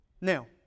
Now